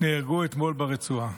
נהרגו אתמול ברצועה.